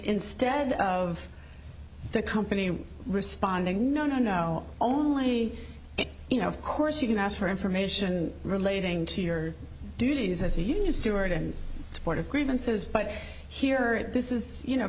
instead of the company responding no no only you know of course you can ask for information relating to your duties as a union steward and support of grievances but here it this is you know